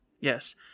Yes